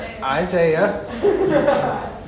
Isaiah